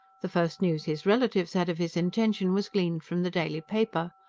the first news his relatives had of his intention was gleaned from the daily paper.